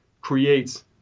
creates